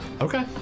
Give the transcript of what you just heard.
Okay